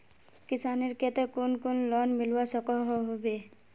किसानेर केते कुन कुन लोन मिलवा सकोहो होबे?